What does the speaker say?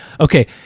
okay